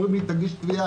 אומרים לי: תגיש תביעה,